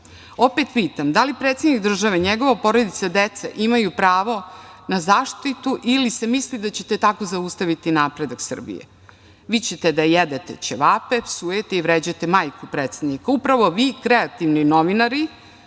Opet pitam, da li predsednik države, njegova porodica i deca imaju pravo na zaštitu ili se misli da ćete tako zaustaviti napredak Srbije? Vi ćete da jedete ćevape, psujete i vređate majku predsednika, upravo vi, kreativni novinari